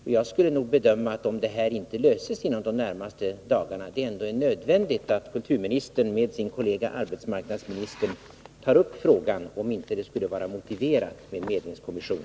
Om problemen inte löses inom de närmaste dagarna, skulle jag nog bedöma att det är nödvändigt att kulturministern med sin kollega arbetsmarknadsministern tar upp frågan om det inte skulle vara motiverat med en medlingskommission.